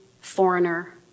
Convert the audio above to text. foreigner